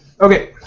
Okay